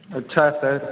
अच्छा सर